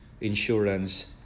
insurance